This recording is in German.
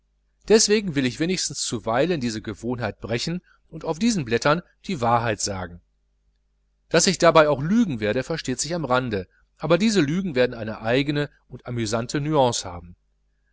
deshalb will ich wenigstens zuweilen diese gewohnheit brechen und auf diesen blättern die wahrheit sagen daß ich auch dabei lügen werde versteht sich am rande aber diese lügen werden eine eigene und amüsante nüance haben